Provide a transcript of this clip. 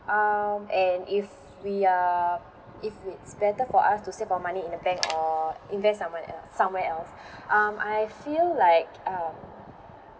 um and if we are if it's better for us to save our money in a bank or invest someone else somewhere else um I feel like um